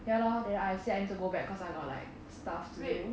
ya lor then I said I need to go back cause I'm got like stuff to do